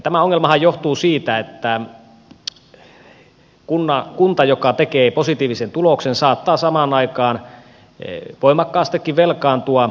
tämä ongelmahan johtuu siitä että kunta joka tekee positiivisen tuloksen saattaa samaan aikaan voimakkaastikin velkaantua